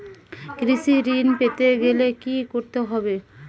কৃষি ঋণ পেতে গেলে কি করতে হবে?